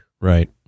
right